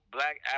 Black